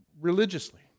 religiously